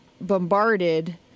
bombarded